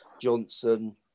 Johnson